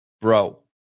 Bro